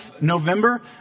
November